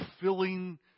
filling